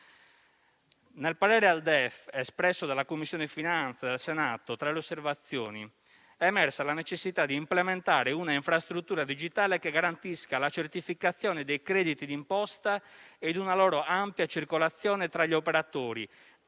Nel parere al DEF espresso dalla Commissione finanze del Senato, tra le osservazioni, è emersa la necessità di implementare una infrastruttura digitale che garantisca la certificazione dei crediti d'imposta ed una loro ampia circolazione tra gli operatori